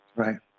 right